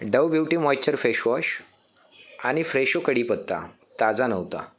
Dove beauty moisture face wash आणि फ्रेशो कढीपत्ता ताजा नव्हता